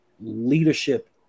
leadership